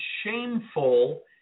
shameful